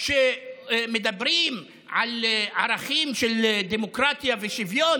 שמדברים על ערכים של דמוקרטיה ושוויון,